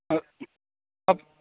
ஓ அப்